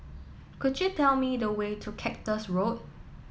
could you tell me the way to Cactus Road